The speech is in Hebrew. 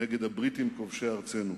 נגד הבריטים כובשי ארצנו".